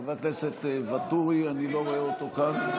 חבר הכנסת ואטורי, אני לא רואה אותו כאן.